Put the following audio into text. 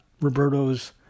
Roberto's